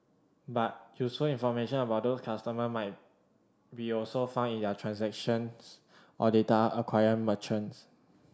but useful information about those customer might be also found in their transactions or data acquiring merchants